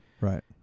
right